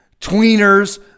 tweeners